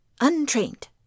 untrained